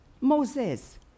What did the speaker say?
Moses